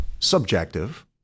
Subjective